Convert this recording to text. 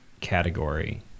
category